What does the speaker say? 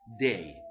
day